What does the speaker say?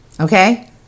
okay